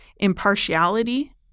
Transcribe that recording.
impartiality